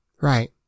Right